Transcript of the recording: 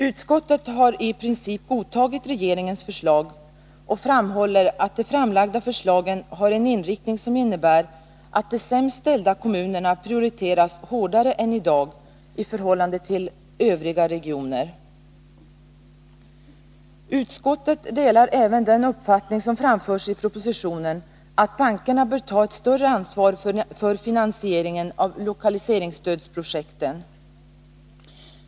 Utskottet har i princip godtagit regeringens förslag och framhåller att de framlagda förslagen har en inriktning som innebär att de sämst ställda kommunerna prioriteras hårdare än i dag i förhållande till övriga regioner. Utskottet delar även den uppfattning som framförs i propositionen, att bankerna bör ta ett större ansvar för finansieringen av lokaliseringsstödsprojekten.